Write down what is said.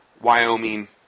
Wyoming